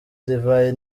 divayi